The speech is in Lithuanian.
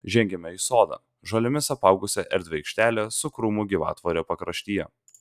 žengėme į sodą žolėmis apaugusią erdvią aikštelę su krūmų gyvatvore pakraštyje